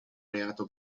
reato